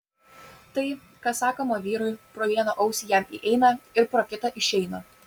tai kas sakoma vyrui pro vieną ausį jam įeina ir pro kitą išeina